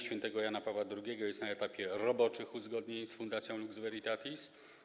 Świętego Jana Pawła II jest na etapie roboczych uzgodnień z Fundacją Lux Veritatis.